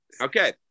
okay